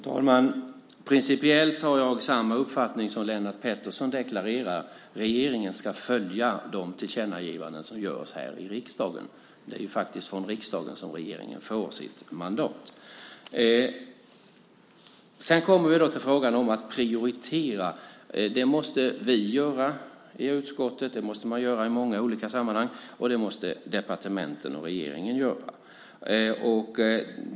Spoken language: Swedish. Fru talman! Principiellt har jag samma uppfattning som Lennart Pettersson deklarerar. Regeringen ska följa de tillkännagivanden som görs här i riksdagen. Det är från riksdagen som regeringen får sitt mandat. Sedan kommer vi till frågan om att prioritera. Det måste vi göra i utskottet, det måste man göra i många olika sammanhang, och det måste departementen och regeringen göra.